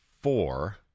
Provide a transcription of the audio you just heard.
Four